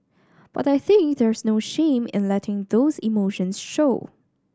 but I think there's no shame in letting those emotions show